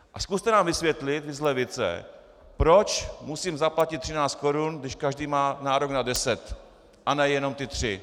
A zkuste nám vysvětlit z levice, proč musím zaplatit třináct korun, když každý má nárok na deset, a nejenom ty tři.